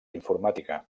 informàtica